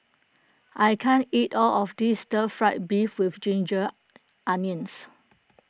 I can't eat all of this Stir Fry Beef with Ginger Onions